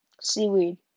Seaweed